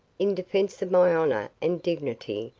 in defense of my honor and dignity,